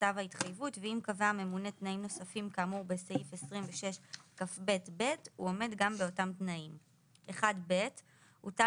הנציבות כבר פעלה כלפי החייב לגבי אותה הפרה באותו זמן "(1א) הוא הגיש